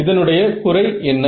இதனுடைய குறை என்ன